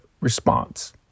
response